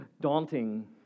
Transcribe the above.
daunting